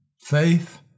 Faith